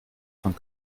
von